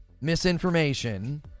misinformation